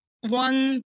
one